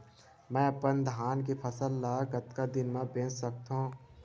मैं अपन धान के फसल ल कतका दिन म बेच सकथो?